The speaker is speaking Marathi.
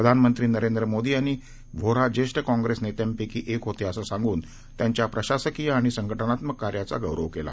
प्रधानमंत्रीनरेंद्रमोदीयांनीव्होरा ज्येष्ठकाँग्रेसनेत्यांपैकीएकहोतेअसंसांगूनत्यांच्याप्रशासकीयआणिसंघटनात्मककार्याचागौरव केला